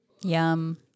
Yum